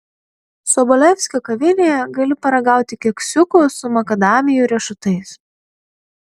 sobolevskio kavinėje gali paragauti keksiukų su makadamijų riešutais